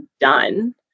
done